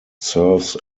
serves